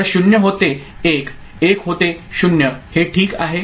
तर 0 होते 1 1 होते 0 हे ठीक आहे